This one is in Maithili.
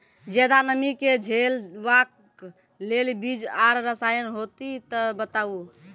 ज्यादा नमी के झेलवाक लेल बीज आर रसायन होति तऽ बताऊ?